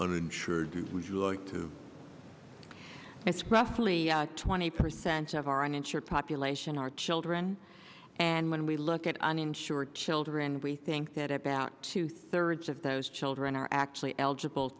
uninsured would you like to it's roughly twenty percent of our uninsured population are children and when we look at uninsured children we think that about two thirds of those children are actually eligible